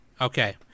Okay